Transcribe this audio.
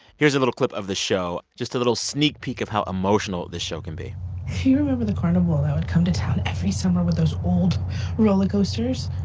here's a little clip of the show, just a little sneak peek of how emotional the show can be do you remember the carnival that would come to town every summer summer with those old roller coasters?